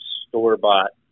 store-bought